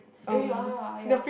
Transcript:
eh ya ya